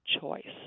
choice